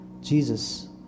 Jesus